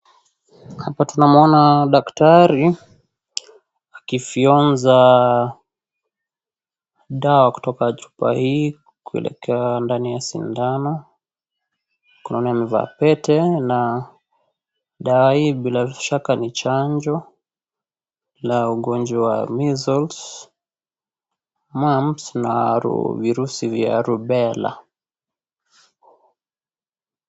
Hapa tunamuona daktari, akifyonza dawa kutoka chupa hii kuelekea ndani ya sindano. Mkononi amevaa pete na dawa hii bila shaka ni chanjo, la ugonjwa wa measles mumps na virusi vya rubela.